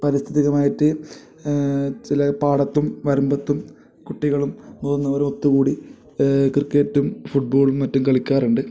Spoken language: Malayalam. പരിസ്ഥിതികമായിട്ട് ചില പാടത്തും വരമ്പത്തും കുട്ടികളും മുതിർന്നവരും ഒത്തുകൂടി ക്രിക്കറ്റും ഫുട്ബോളും മറ്റും കളിക്കാറുണ്ട്